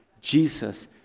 Jesus